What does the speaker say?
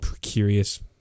curious